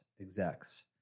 execs